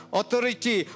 authority